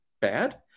bad